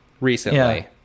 recently